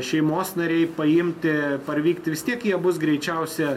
šeimos nariai paimti parvykti vis tiek jie bus greičiausia